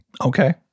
Okay